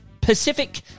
Pacific